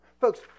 Folks